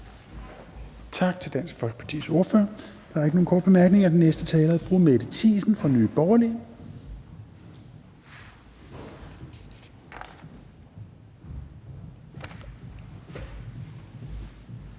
Tak til Dansk Folkepartis ordfører. Der er ikke nogen korte bemærkninger. Den næste taler er fru Mette Thiesen fra Nye Borgerlige.